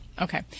Okay